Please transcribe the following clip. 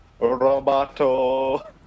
Roboto